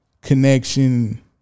connection